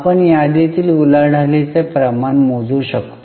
आपण यादीतील उलाढालीचे प्रमाण मोजू शकतो